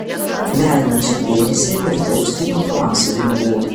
velnią čia priėsi lietaus tai nuo pavasario nebuvo